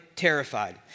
terrified